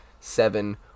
seven